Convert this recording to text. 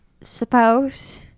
suppose